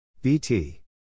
BT